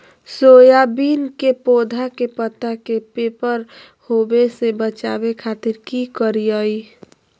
Soybean के पौधा के पत्ता के पियर होबे से बचावे खातिर की करिअई?